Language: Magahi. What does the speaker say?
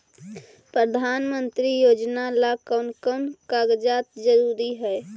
प्रधानमंत्री योजना ला कोन कोन कागजात जरूरी है?